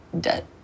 debt